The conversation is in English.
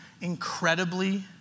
incredibly